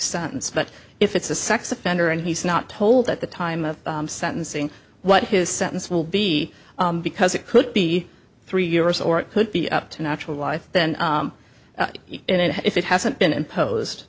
sentence but if it's a sex offender and he's not told at the time of sentencing what his sentence will be because it could be three years or it could be up to natural life then and if it hasn't been impos